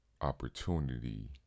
opportunity